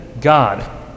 God